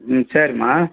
ம் சரிம்மா